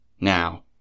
Now